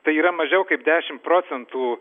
tai yra mažiau kaip dešim procentų